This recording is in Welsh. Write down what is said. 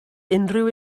unrhyw